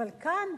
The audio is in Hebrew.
אבל כאן,